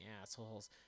assholes